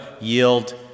yield